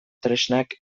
tresnak